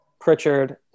Pritchard